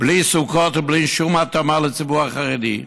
בלי סוכות ובלי שום התאמה לציבור החרדי,